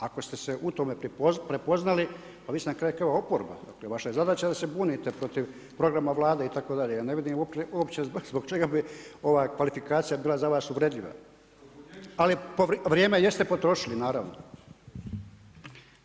Ako ste se u tome prepoznali pa vi ste na kraju oporba, dakle vaša je zadaća da se bunite protiv programa Vlade itd., ja ne vidim uopće zbog čega bi ova kvalifikacija bila za vas uvredljiva. … [[Upadica se ne čuje.]] Ali vrijeme jeste potrošili, naravno.